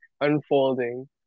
unfolding